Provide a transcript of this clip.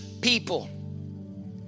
people